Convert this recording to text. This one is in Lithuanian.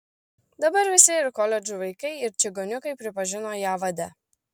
dabar visi ir koledžų vaikai ir čigoniukai pripažino ją vade